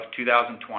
2020